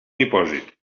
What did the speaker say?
depòsit